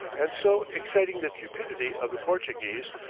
and so exciting the cupidity of the portuguese,